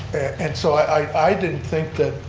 and so i didn't think that